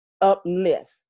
uplift